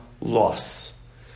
loss